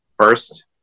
first